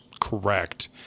correct